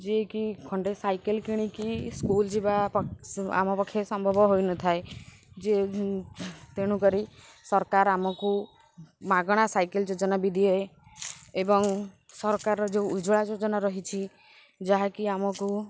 ଯିଏକି ଖଣ୍ଡେ ସାଇକେଲ୍ କିଣିକି ସ୍କୁଲ୍ ଯିବା ଆମ ପକ୍ଷେ ସମ୍ଭବ ହୋଇନଥାଏ ତେଣୁ କରି ସରକାର ଆମକୁ ମାଗଣା ସାଇକେଲ୍ ଯୋଜନା ବି ଦିଏ ଏବଂ ସରକାର ଯେଉଁ ଉଜ୍ଜ୍ୱଳା ଯୋଜନା ରହିଛି ଯାହାକି ଆମକୁ